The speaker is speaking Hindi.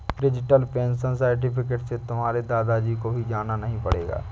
डिजिटल पेंशन सर्टिफिकेट से तुम्हारे दादा जी को भी जाना नहीं पड़ेगा